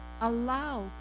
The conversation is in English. allow